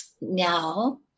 now